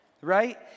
right